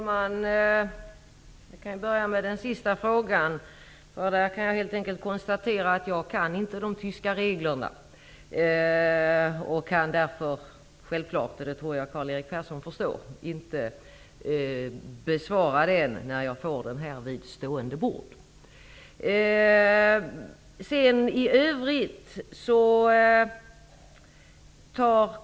Fru talman! Jag konstaterar helt enkelt att jag inte kan de tyska reglerna. Jag kan därför självfallet inte besvara frågan när jag får den här vid stående bord; det tror jag att Karl-Erik Persson förstår.